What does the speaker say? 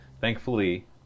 Thankfully